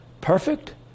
perfect